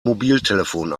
mobiltelefon